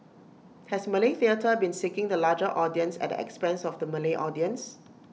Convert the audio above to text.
has Malay theatre been seeking the larger audience at the expense of the Malay audience